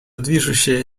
движущая